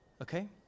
Okay